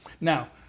Now